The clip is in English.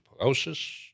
osteoporosis